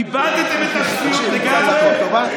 איבדתם את השפיות לגמרי?